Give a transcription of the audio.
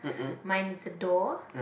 mine is a door